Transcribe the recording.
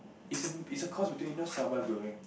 it's a it's a cross between you know sambal goreng